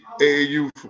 AAU